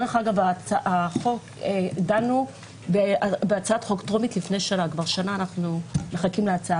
אגב, אנחנו מחכים כבר שנה להצעה